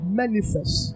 manifest